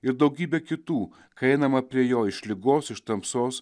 ir daugybę kitų kai einama prie jo iš ligos iš tamsos